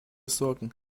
sorgen